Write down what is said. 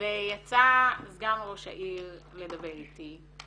ויצא סגן ראש העיר לדבר איתי,